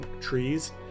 trees